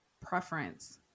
preference